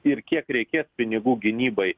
ir kiek reikės pinigų gynybai